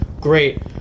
great